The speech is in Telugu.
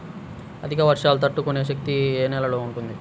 అధిక వర్షాలు తట్టుకునే శక్తి ఏ నేలలో ఉంటుంది?